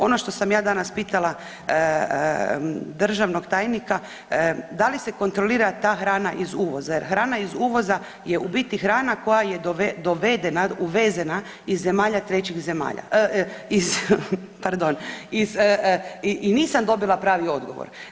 Ono što sam ja danas pitala državnog tajnika da li se kontrolira ta hrana iz uvoza jer hrana iz uvoza je u biti hrana koja je dovedena, uvezena iz zemalja trećih zemalja, pardon i nisam dobila pravi odgovor.